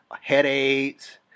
headaches